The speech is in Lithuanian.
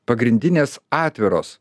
pagrindinės atviros